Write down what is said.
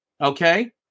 Okay